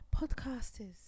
Podcasters